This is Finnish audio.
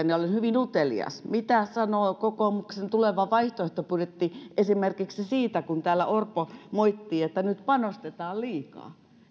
ja ja olen hyvin utelias mitä sanoo kokoomuksen tuleva vaihtoehtobudjetti esimerkiksi siitä kun täällä orpo moitti että nyt panostetaan liikaa